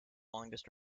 longest